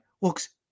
looks